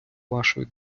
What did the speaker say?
вашої